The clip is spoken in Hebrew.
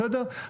בסדר?